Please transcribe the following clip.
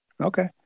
Okay